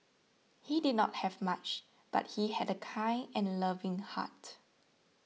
he did not have much but he had a kind and loving heart